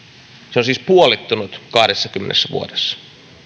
se on siis puolittunut kahdessakymmenessä vuodessa